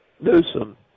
Newsom